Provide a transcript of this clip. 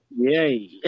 Yay